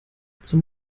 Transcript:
zum